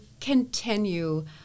continue